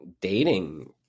dating